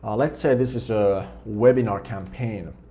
let's say this is a webinar campaign,